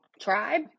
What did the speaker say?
tribe